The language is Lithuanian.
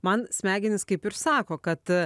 man smegenys kaip ir sako kad